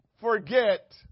forget